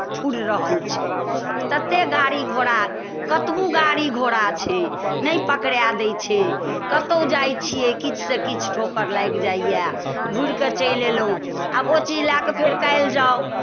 फुरि रहल छै ततेक गाड़ी घोड़ा कतबो गाड़ी घोड़ा छै नहि पकड़ाए दै छै कतहु जाइत छी किछुसँ किछु ठोकर लागि जाइए घूरि कऽ चलि अयलहुँ आब ओ चीज लए कऽ फेर काल्हि जाउ